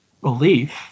belief